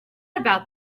about